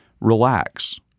relax